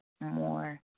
more